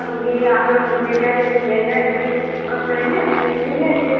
मग हे आम्हाला बदलायच्यात नवीन घ्यायच्यात जुने परत करायच्या नवीन घ्यायचे